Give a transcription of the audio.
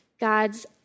God's